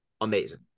amazing